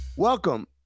Welcome